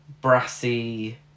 brassy